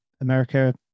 America